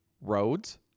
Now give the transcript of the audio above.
roads